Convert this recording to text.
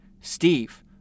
Steve